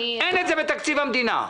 אין את זה בתקציב המדינה.